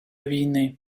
війни